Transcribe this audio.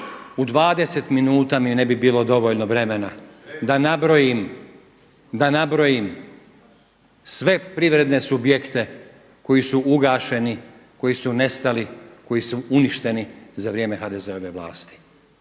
minuta mi ne bi bilo dovoljno vremena da nabrojim sve privredne subjekte koji su ugašeni, koji su nestali, koji su uništeni za vrijeme HDZ-ove vlasti.